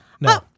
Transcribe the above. No